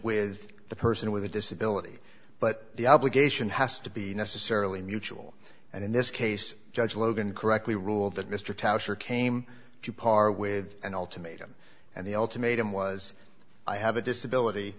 with the person with a disability but the obligation has to be necessarily mutual and in this case judge logan correctly ruled that mr tauscher came to par with an ultimatum and the ultimatum was i have a disability